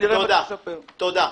תודה.